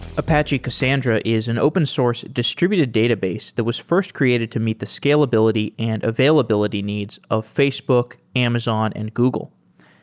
apache cassandra is an open source distributed database that was first created to meet the scalability and availability needs of facebook, amazon and google.